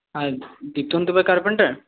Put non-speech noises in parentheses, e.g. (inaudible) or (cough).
হ্যাঁ (unintelligible) কার্পেন্টার